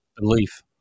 belief